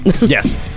yes